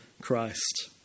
Christ